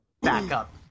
backup